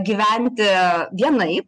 gyventi vienaip